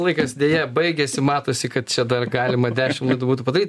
laikas deja baigėsi matosi kad čia dar galima dešim laidų būtų padaryt